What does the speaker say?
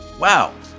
Wow